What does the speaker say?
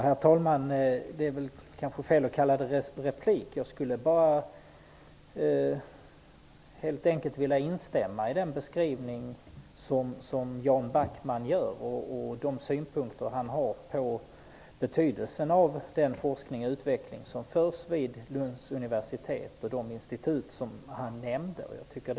Herr talman! Det är kanske fel att kalla det här replik. Jag skulle helt enkelt vilja instämma i Jan Backmans beskrivning och hans synpunkter på betydelsen av den forskning och utveckling som bedrivs vid Lunds universitet och de institut som han nämner.